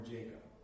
Jacob